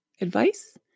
advice